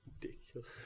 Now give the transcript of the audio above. ridiculous